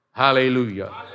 Hallelujah